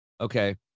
Okay